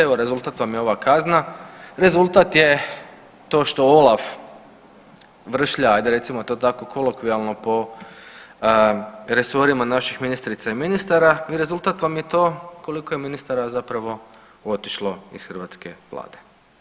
Evo, rezultat vam je ova kazna, rezultat je to što OLAF vršlja, ajde recimo to tako kolokvijalno po resorima naših ministrica i ministara i rezultat vam je to koliko je ministara zapravo otišlo iz hrvatske vlade.